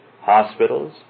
hospitals